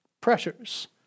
pressures